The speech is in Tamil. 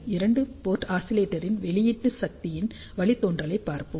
இரண்டு போர்ட் ஆஸிலேட்டரின் வெளியீட்டு சக்தியின் வழித்தோன்றலைப் பார்ப்போம்